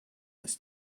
this